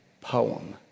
poem